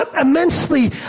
immensely